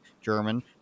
German